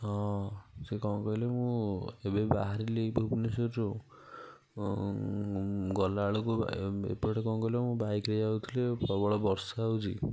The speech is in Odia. ହଁ ସେ କ'ଣ କହିଲେ ମୁଁ ଏବେ ବାହାରିଲି ଭୁବନେଶ୍ଵର ରୁ ଗଲା ବେଳକୁ ଏ ଏପଟେ କ'ଣ କହିଲ ମୁଁ ବାଇକ୍ରେ ଯାଉଥିଲି ପ୍ରବଳ ବର୍ଷା ହେଉଛି